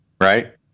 Right